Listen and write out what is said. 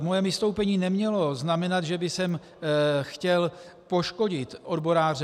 Moje vystoupení nemělo znamenat, že bych chtěl poškodit odboráře.